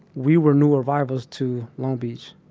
we were new arrivals to long beach.